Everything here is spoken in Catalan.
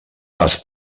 pas